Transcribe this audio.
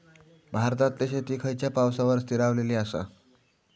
भारतातले शेती खयच्या पावसावर स्थिरावलेली आसा?